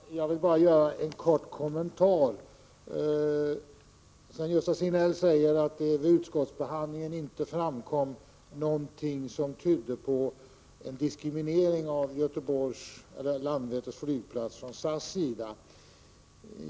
Herr talman! Jag vill bara göra en kort kommentar. Sven-Gösta Signell sade att det vid utskottsbehandlingen inte framkom någonting som tydde på en diskriminering från SAS sida av Göteborgs — eller Landvetters — flygplats.